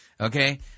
Okay